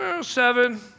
seven